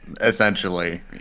Essentially